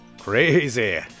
Crazy